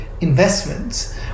investments